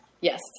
Yes